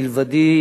מלבדי,